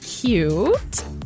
Cute